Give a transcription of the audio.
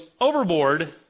overboard